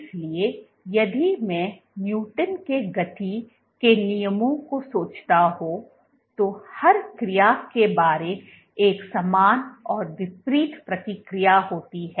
इसलिए यदि मैं न्यूटन के गति के नियमों को सोचता हो तो हर क्रिया के बारे एक समान और विपरीत प्रतिक्रिया होती है